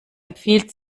empfiehlt